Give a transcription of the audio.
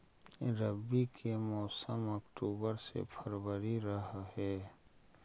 रब्बी के मौसम अक्टूबर से फ़रवरी रह हे